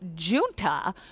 junta